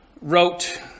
wrote